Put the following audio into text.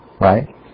right